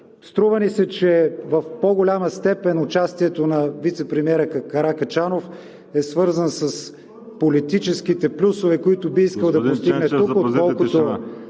Струва ни се, че в по-голяма степен участието на вицепремиера Каракачанов е свързано с политическите плюсове, които би искал да (реплики: „времето,